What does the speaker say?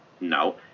no